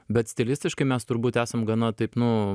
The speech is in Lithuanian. bet stilistiškai mes turbūt esam gana taip nu